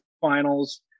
finals